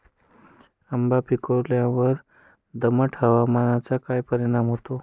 आंबा पिकावर दमट हवामानाचा काय परिणाम होतो?